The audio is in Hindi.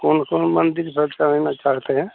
कौन कौन मंदिर दर्शन लेना चाहते हैं